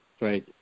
Right